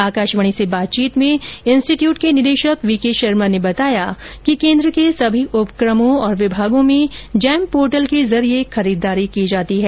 आकाशवाणी से बातचीत में इंस्टीट यूट के निदेशक वी के शर्मा ने बताया कि केन्द्र के सभी उपकमों और विभागों में जैम पोर्टल के जरिए खरीदारी की जाती है